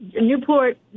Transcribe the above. Newport